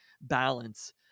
balance